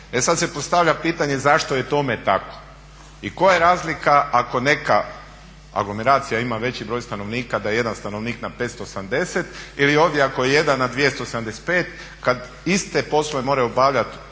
E sada se postavlja pitanje zašto je tome tako i koja je razlika ako neka aglomeracija ima veći broj stanovnika da je 1 stanovnik na 580 ili ovdje ako je 1 na 275 kada iste poslove moraju obavljati